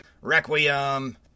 Requiem